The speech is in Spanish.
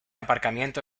aparcamiento